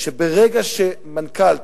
שברגע שמנכ"ל,